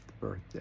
birthday